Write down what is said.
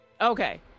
Okay